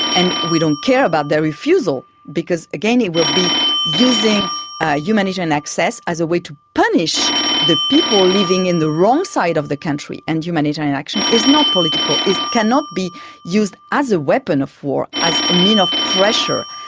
and we don't care about their refusal because, again, it will be using ah humanitarian access as a way to punish the people living in the wrong side of the country, and humanitarian action is not political, it cannot be used as a weapon of war, as a means of pressure.